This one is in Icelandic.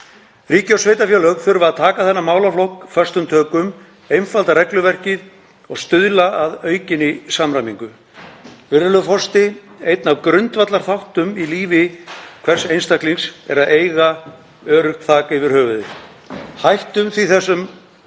Ríki og sveitarfélög þurfa að taka þennan málaflokk föstum tökum, einfalda regluverkið og stuðla að aukinni samræmingu. Virðulegur forseti. Einn af grundvallarþáttum í lífi hvers einstaklings er að eiga öruggt þak yfir höfuðið. Hættum því þessum